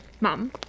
Mom